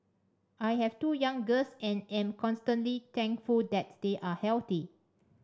I have two young girls and am constantly thankful that they are healthy